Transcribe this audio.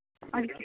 ಅದಕ್ಕೆ